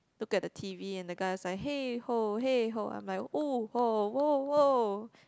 look at the t_v and the guy was like hey [ho] hey [ho] I'm like !woo! !wow! !woah! !woah!